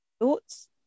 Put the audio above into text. Thoughts